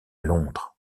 londres